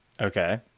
Okay